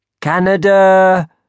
Canada